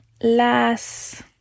las